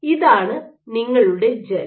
ഇതാണ് നിങ്ങളുടെ ജെൽ